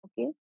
okay